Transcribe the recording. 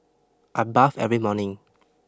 I bath every morning